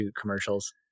commercials